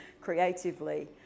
creatively